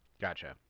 Gotcha